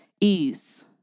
Ease